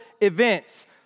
events